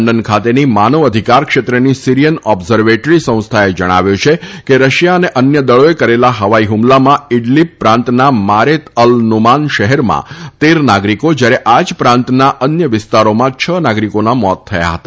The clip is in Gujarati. લંડન ખાતેની માનવ અધિકાર ક્ષેત્રની સીરીયન ઓબ્ઝર્વેટરી સંસ્થાએ જણાવ્યું છે કે રશિયા અને અન્ય દળોએ કરેલા હવાઇ હુમલામાં ઇડલીબ પ્રાંતના મારેત અલ નુમાન શહેરમાં તેર નાગરીકો જયારે આજ પ્રાંતના અન્ય વિસ્તારોમાં છ નાગરીકોના મોત થયા હતા